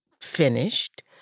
finished